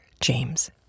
James